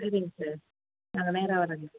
சரிங்க சார் நாங்கள் நேரே வரோங்க